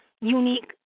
unique